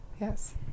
yes